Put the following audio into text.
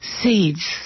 Seeds